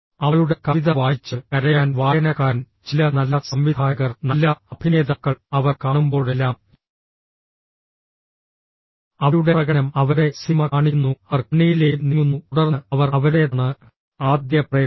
അവളുടെ കവിത വായിച്ച് കരയാൻ വായനക്കാരൻ ചില നല്ല സംവിധായകർ നല്ല അഭിനേതാക്കൾ അവർ കാണുമ്പോഴെല്ലാം അവരുടെ പ്രകടനം അവരുടെ സിനിമ കാണിക്കുന്നു അവർ കണ്ണീരിലേക്ക് നീങ്ങുന്നു തുടർന്ന് അവർ അവരുടെതാണ് ആദ്യ പ്രേക്ഷകർ